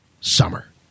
summer